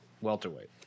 welterweight